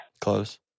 Close